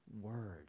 word